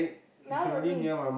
now only